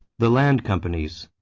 the land companies,